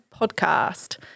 podcast